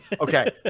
Okay